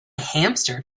hamster